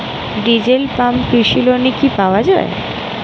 Diesel pump কৃষি লোনে কি পাওয়া য়ায়?